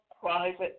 private